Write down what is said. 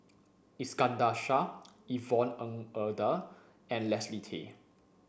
Iskandar Shah Yvonne Ng Uhde and Leslie Tay